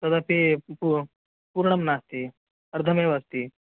तदपी पु पूर्णं नास्ति अर्धः एव अस्ति